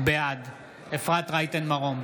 בעד אפרת רייטן מרום,